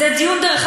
זה דיון.